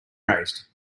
raised